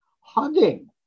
hugging